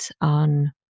on